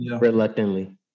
reluctantly